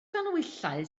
ganhwyllau